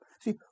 See